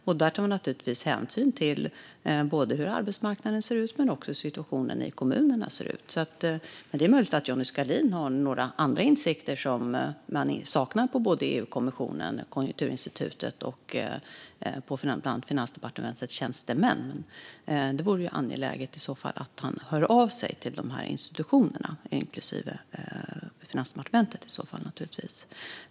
Vi tar naturligtvis hänsyn till både hur arbetsmarknaden ser ut och hur situationen i kommunerna ser ut. Det är möjligt att Johnny Skalin har någon annan insikt som saknas i EU-kommissionen, i Konjunkturinstitutet och bland Finansdepartementets tjänstemän. Det vore i så fall angeläget att han hörde av sig till dessa institutioner, inklusive Finansdepartementet.